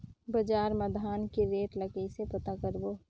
बजार मा धान के रेट ला कइसे पता करबो?